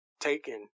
taken